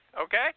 Okay